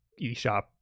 eShop